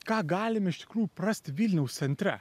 ką galim iš tikrų rasti vilniaus centre